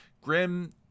grim